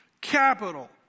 capital